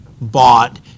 bought